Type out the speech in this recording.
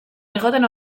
egoten